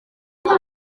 ibyo